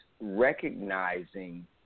recognizing